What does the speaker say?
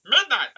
midnight